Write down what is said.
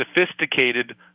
sophisticated